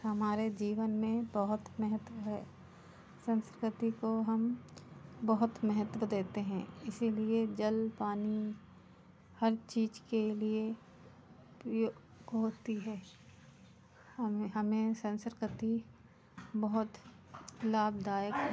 हमारे जीवन में बहुत महत्व है संस्कृति को हम बहुत महत्व देते हैं इसीलिए जल पानी हर चीज़ के लिए उपयोग होती है हमें हमें संसर्कति बहुत लाभदायक है